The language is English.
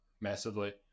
massively